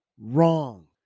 wrong